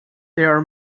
their